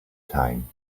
time